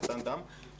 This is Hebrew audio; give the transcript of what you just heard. סרטן דם,